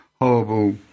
horrible